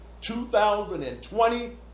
2020